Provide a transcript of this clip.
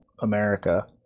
America